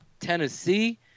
Tennessee